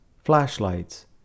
flashlights